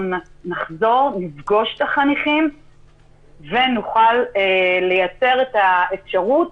נחזור לפגוש את החניכים ונוכל לייצר את האפשרות